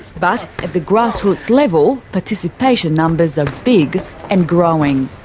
but at the grassroots level, participation numbers are big and growing.